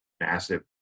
massive